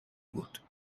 بود